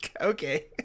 Okay